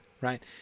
Right